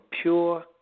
pure